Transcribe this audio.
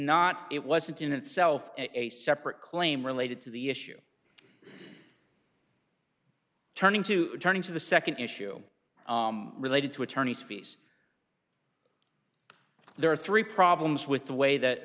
not it wasn't in itself a separate claim related to the issue turning to turning to the nd issue related to attorney's fees there are three problems with the way that